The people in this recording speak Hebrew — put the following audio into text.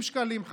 20 שקלים,